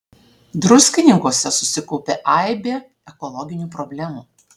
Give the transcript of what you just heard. druskininkuose susikaupė aibė ekologinių problemų